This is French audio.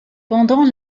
pendant